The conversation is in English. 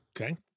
Okay